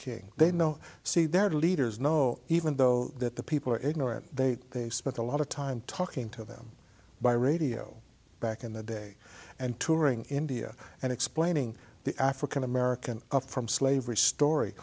king they know c their leaders know even though that the people are ignorant they they spent a lot of time talking to them by radio back in the day and touring india and explaining the african american up from slavery story